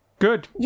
Good